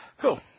Cool